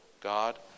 God